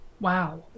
wow